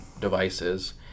devices